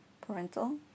parental